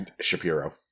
Shapiro